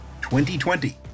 2020